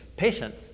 patient